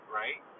right